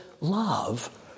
love